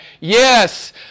Yes